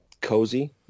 cozy